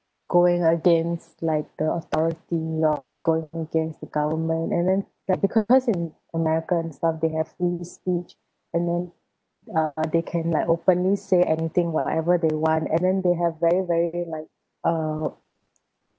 going against like the authority or going against the government and then like because in americans stuff they have free speech and then uh they can like openly say anything whatever they want and then they have very very like uh